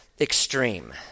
extreme